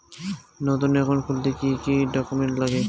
নতুন একাউন্ট খুলতে কি কি ডকুমেন্ট লাগে?